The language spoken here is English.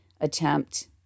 attempt